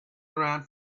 around